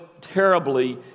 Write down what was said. terribly